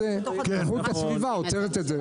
איכות הסביבה עוצרת את זה.